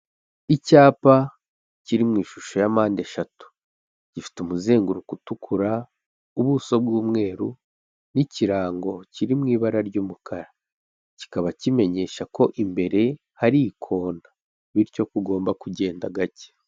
Icyapa kiri mu ishusho ya mpande eshatu, gifite umuzenguruko utukura, ubuso bw'umweru n'ikirango kiri mu ibara ry'umukara, kikaba kimenyesha ko imbere, hari ikona bityo ko ugomba kugenda gake.